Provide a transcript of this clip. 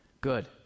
good